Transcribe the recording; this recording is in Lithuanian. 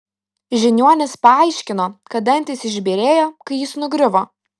žiniuonis paaiškino kad dantys išbyrėjo kai jis nugriuvo